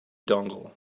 dongle